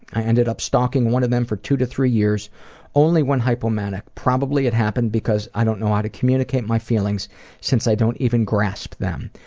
i ended up stalking one of them for two three years only when hypomanic. probably it happened because i don't know how to communicate my feelings since i don't even grasp them.